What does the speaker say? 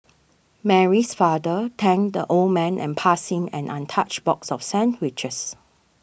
Mary's father thanked the old man and passing an untouched box of sandwiches